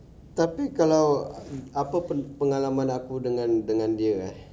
tapi kalau apa pengalaman aku dengan dengan dia eh